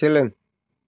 सोलों